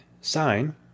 sign